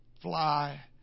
fly